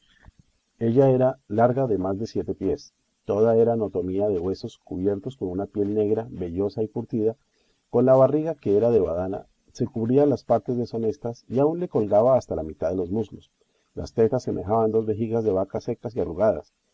ella era larga de más de siete pies toda era notomía de huesos cubiertos con una piel negra vellosa y curtida con la barriga que era de badana se cubría las partes deshonestas y aun le colgaba hasta la mitad de los muslos las tetas semejaban dos vejigas de vaca secas y arrugadas